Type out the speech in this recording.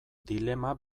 dilema